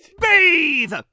Bathe